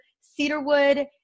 cedarwood